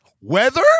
Weather